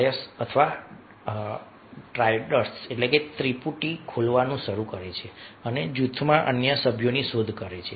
dyads અથવા ટ્રાયડ્સત્રિપુટી ખોલવાનું શરૂ કરે છે અને જૂથમાં અન્ય સભ્યોની શોધ કરે છે